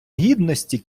гідності